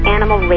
Animal